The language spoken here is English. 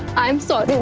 i am sorry,